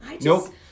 Nope